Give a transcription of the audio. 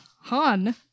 Han